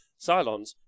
Cylons